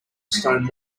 stone